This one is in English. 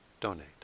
donate